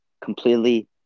Completely